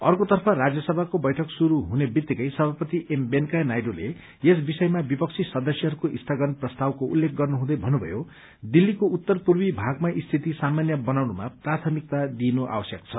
अर्कोतर्फ राज्यसभाको बैठक शुरू हुने बित्तिकै सभापति एम वेंकैया नायडूले यस विषयमा विपक्षी सदस्यहरूले स्थगन प्रस्तावको उल्लेख गर्नुहुँदै भन्नुभयो कि दिल्लीको उत्तरपूर्वी भागमा स्थिति सामान्य बनाउनुमा प्राथमिकता दिइनु आवश्यक छ